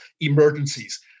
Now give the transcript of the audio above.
emergencies